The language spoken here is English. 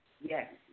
yes